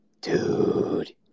Dude